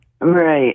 Right